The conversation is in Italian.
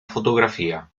fotografia